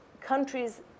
countries